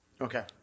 Okay